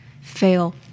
fail